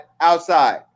outside